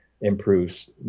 improves